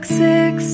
six